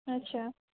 ଆଚ୍ଛା